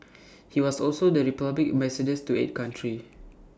he was also the republic's Ambassador to eight countries